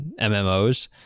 MMOs